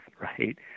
right